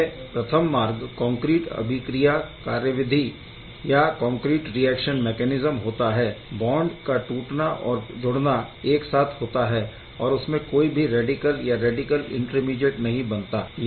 इसमें प्रथम मार्ग कॉन्क्रीट अभिक्रिया कार्यविधि कॉन्क्रीट रिऐक्शन मैकैनिस्म होता है बॉन्ड का टूटना और जुड़ना एक साथ होता है और इसमें कोई भी रैडिकल या रैडिकल इंटरमीडिएट नहीं बनता